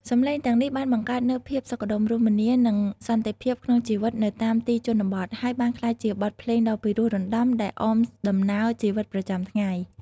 សំឡេងទាំងនេះបានបង្កើតនូវភាពសុខដុមរមនា និងសន្តិភាពក្នុងជីវិតនៅតាមទីជនបទ ហើយបានក្លាយជាបទភ្លេងដ៏ពិរោះរណ្តំដែលអមដំណើរជីវិតប្រចាំថ្ងៃ។